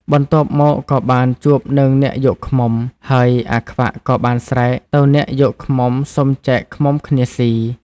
បន្ទាប់មកក៏បានជួបនឹងអ្នកយកឃ្មុំ ហើយអាខ្វាក់ក៏បានស្រែកទៅអ្នកយកឃ្មុំសុំចែកឃ្មុំគ្នាស៊ី។